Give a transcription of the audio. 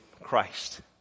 Christ